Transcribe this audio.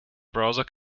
browser